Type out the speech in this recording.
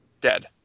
Dead